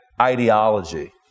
ideology